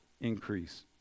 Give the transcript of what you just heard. increase